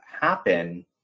happen